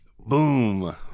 Boom